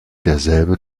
derselbe